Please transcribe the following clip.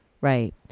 right